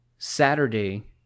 Saturday